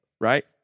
right